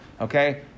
Okay